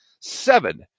seven